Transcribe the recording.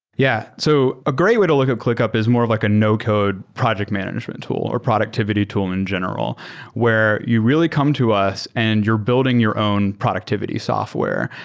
yeah. so a great way to look at clickup is more like a no-code project management tool or productivity tool in general where you really come to us and you're building your own productivity software.